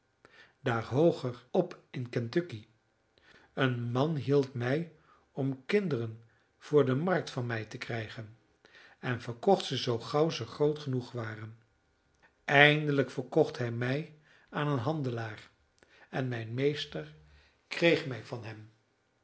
daar hooger op in kentucky een man hield mij om kinderen voor de markt van mij te krijgen en verkocht ze zoo gauw ze groot genoeg waren eindelijk verkocht hij mij aan een handelaar en mijn meester kreeg mij van hem